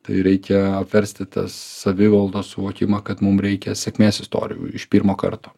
tai reikia apversti tą savivaldos suvokimą kad mum reikia sėkmės istorijų iš pirmo karto